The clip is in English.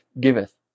giveth